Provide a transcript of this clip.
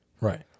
Right